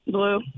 Blue